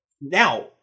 Now